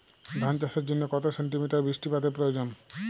ধান চাষের জন্য কত সেন্টিমিটার বৃষ্টিপাতের প্রয়োজন?